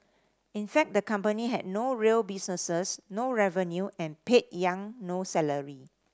in fact the company had no real business no revenue and paid Yang no salary